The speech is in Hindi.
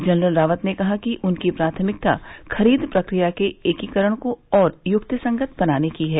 जनरल रावत ने कहा कि उनकी प्राथमिकता खरीद प्रक्रिया के एकीकरण को और युक्तिसंगत बनाने की है